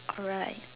alright